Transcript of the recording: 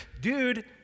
dude